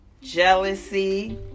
Jealousy